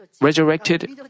resurrected